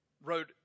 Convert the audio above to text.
wrote